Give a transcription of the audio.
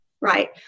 Right